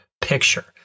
picture